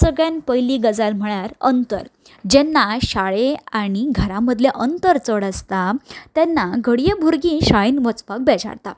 सगल्यान पयली गजाल म्हळ्यार अंतर जेन्नाय शाळे आनी घरा मदलें अंतर चड आसता तेन्ना घडये भुरगीं शाळेन वचपाक बेजारता